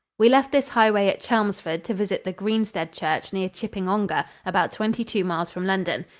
we left this highway at chelmsford to visit the greenstead church near chipping-ongar, about twenty-two miles from london.